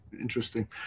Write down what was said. Interesting